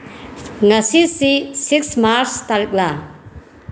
ꯉꯁꯤꯁꯤ six marks ꯇꯥꯔꯤꯛꯂꯥ